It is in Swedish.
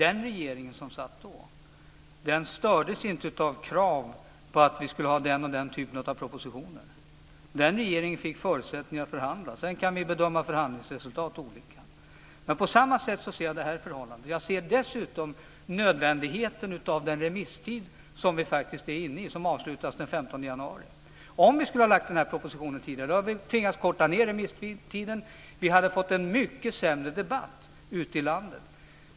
Den regering som satt då stördes inte av krav på den eller den typen av propositioner. Den regeringen fick förutsättningar att förhandla. Sedan kan vi bedöma förhandlingsresultat olika. Men på samma sätt ser jag detta förhållande. Jag ser dessutom nödvändigheten av den remisstid som vi faktiskt är inne i och som avslutas den 15 januari. Om vi skulle ha lagt fram denna proposition tidigare skulle vi ha tvingats korta ned remisstiden. Vi hade fått en mycket sämre debatt ute i landet.